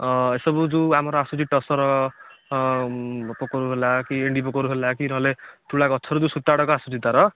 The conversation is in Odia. ଏ ସବୁ ଯେଉଁ ଆମର ଆସୁଛି ଟସର ପୋକ ରୁ ହେଲା କି ଏଣ୍ଡି ପୋକ ରୁ ହେଲା କି ନ ହେଲେ ତୁଳା ଗଛ ରୁ ବି ସୂତା ଗୁଡ଼ାକ ଆସୁଛି ତାର